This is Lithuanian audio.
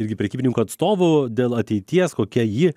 irgi prekybininkų atstovų dėl ateities kokia ji